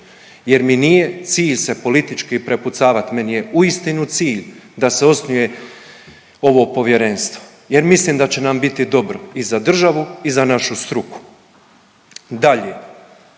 je mi nije cilj se politički prepucavat, meni je uistinu cilj da se osnuje ovo povjerenstvo jer mislim da će nam biti dobro i za državu i za našu struku. Dalje,